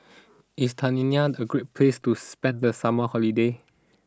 is Tanzania a great place to spend the summer holiday